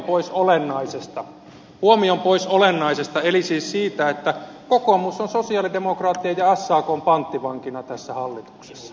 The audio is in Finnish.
sehän vie huomion pois olennaisesta eli siis siitä että kokoomus on sosialidemokraattien ja sakn panttivankina tässä hallituksessa